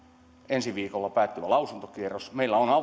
ensi viikolla päättyvä lausuntokierros